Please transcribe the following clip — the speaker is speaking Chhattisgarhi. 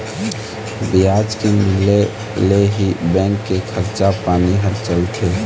बियाज के मिले ले ही बेंक के खरचा पानी ह चलथे